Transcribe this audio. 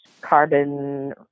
carbon